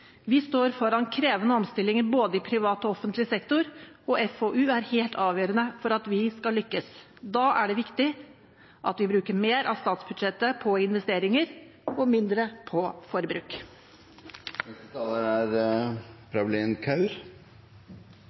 Vi står foran krevende omstillinger både i privat og offentlig sektor, og FoU er helt avgjørende for at vi skal lykkes. Da er det viktig at vi bruker mer av statsbudsjettet på investeringer og mindre på